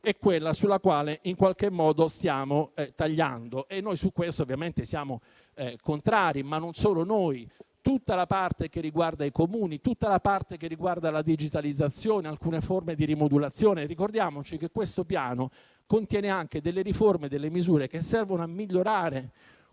è quella sulla quale stiamo tagliando. Noi su questo ovviamente siamo contrari, ma non solo noi, come su tutta la parte che riguarda i Comuni e tutta la parte che riguarda la digitalizzazione e alcune forme di rimodulazione. Ricordiamoci che questo Piano contiene anche riforme di misure che servono a migliorare